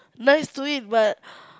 nice to eat but